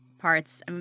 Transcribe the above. parts